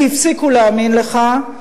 כי הפסיקו להאמין לך,